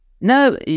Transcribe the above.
No